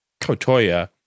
Kotoya